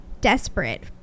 desperate